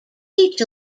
each